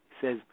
says